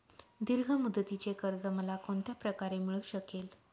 दीर्घ मुदतीचे कर्ज मला कोणत्या प्रकारे मिळू शकेल?